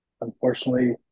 unfortunately